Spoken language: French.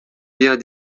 viens